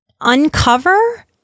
uncover